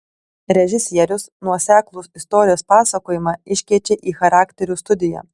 režisierius nuoseklų istorijos pasakojimą iškeičia į charakterių studiją